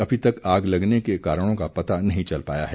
अभी तक आग लगने के कारणों का पता नहीं चल पाया है